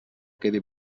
quedi